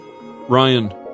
Ryan